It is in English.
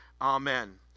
Amen